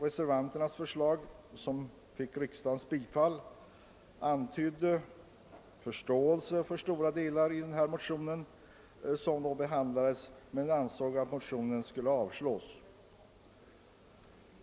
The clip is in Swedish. Reservanterna, som fick riksdagens stöd, antydde förståelse för stora delar av den motion som då behandlades men ansåg att den borde avslås.